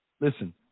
listen